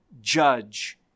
judge